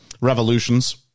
revolutions